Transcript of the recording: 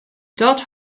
dat